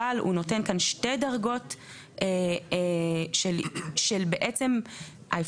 אבל הוא נותן כאן שתי דרגות של בעצם האפשרות